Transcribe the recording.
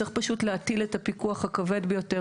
צריך פשוט להטיל את הפיקוח הכבד ביותר,